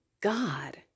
God